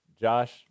Josh